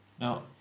Now